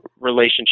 relationship